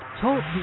TALK